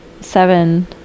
seven